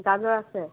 গাজৰ আছে